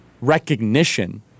recognition